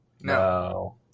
No